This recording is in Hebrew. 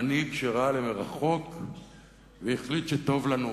מנהיג שראה למרחוק והחליט שטוב לנו